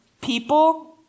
people